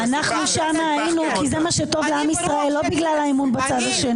אנחנו שם היינו כי זה מה שטוב לעם ישראל לא בגלל האמון בצד השני,